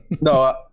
No